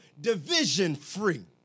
division-free